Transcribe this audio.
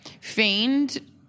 feigned